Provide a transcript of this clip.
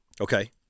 Okay